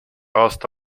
aasta